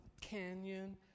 canyon